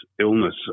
illness